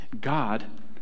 God